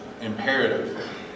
imperative